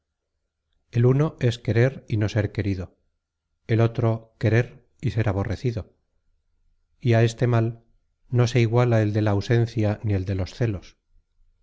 el uno es querer y no ser querido el otro querer y ser aborrecido y á este mal no se iguala el de la ausencia ni el de los celos